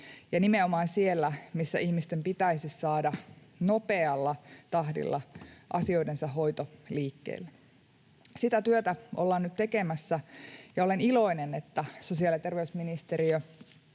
ja nimenomaan siellä, missä ihmisten pitäisi saada nopealla tahdilla asioidensa hoito liikkeelle. Sitä työtä ollaan nyt tekemässä, ja olen iloinen, että sosiaali- ja terveysministeriö